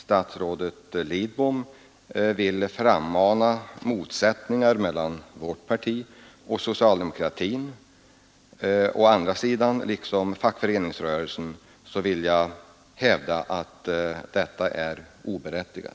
Statsrådet Lidbom tycks vilja frammana motsättningar mellan vårt parti å ena sidan och å andra sidan socialdemokratin och fackföreningsrörelsen. Jag hävdar att detta är oberättigat.